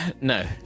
No